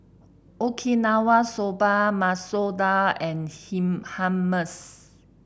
Okinawa Soba Masoor Dal and him Hummus